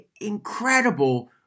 incredible